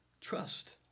trust